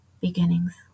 beginnings